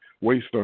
waste